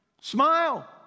Smile